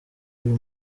uyu